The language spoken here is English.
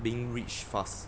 being rich fast